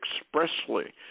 expressly